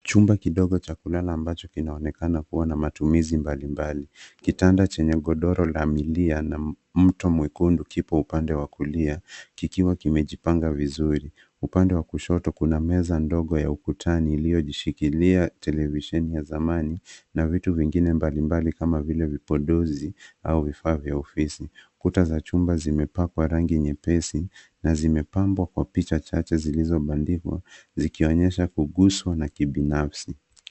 Chumba kidogo cha kulala ambacho kinaonekana kuwa na matumizi mbalimbali. Kitanda chenye godoro la milia na mto mwekundu kipo upande wa kulia, kikiwa kimejipanga vizuri. Upande wa kushoto, kuna meza ndogo ya ukutani iliyojishikilia televisheni ya zamani na vitu vingine mbalimbali kama vile vipodozi au vifaa vya ofisi. Kuta za chumba zimepakwa rangi nyepesi na zimepambwa kwa picha chache zilizo bandikwa, zikionyesha kuguswa na kibinafsi.